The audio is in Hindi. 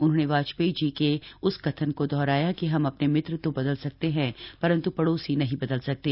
उन्होंने वाजपेयी जी के उस कथन को दोहराया कि हम अपने मित्र तो बदल सकते हैं परन्तु पडोसी नहीं बदल सकते